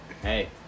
Hey